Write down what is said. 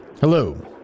Hello